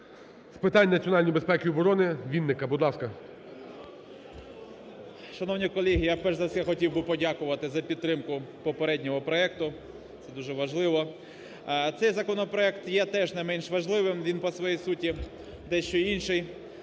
з питань національної безпеки і оборони Вінника. Будь ласка. 17:03:37 ВІННИК І.Ю. Шановні колеги! Я, перш за все, хотів би подякувати за підтримку попереднього проекту, це дуже важливо. Цей законопроект є теж не менш важливим, він по своїй суті дещо інший,